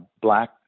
black